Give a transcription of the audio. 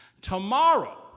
Tomorrow